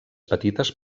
petites